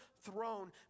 throne